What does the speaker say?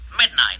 Midnight